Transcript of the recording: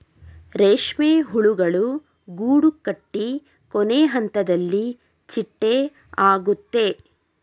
ರೇಷ್ಮೆ ಹುಳುಗಳು ಗೂಡುಕಟ್ಟಿ ಕೊನೆಹಂತದಲ್ಲಿ ಚಿಟ್ಟೆ ಆಗುತ್ತೆ